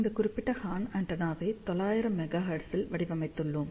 இந்த குறிப்பிட்ட ஹார்ன் ஆண்டெனாவை 900 மெகா ஹெர்ட்ஸில் வடிவமைத்துள்ளோம்